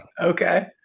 Okay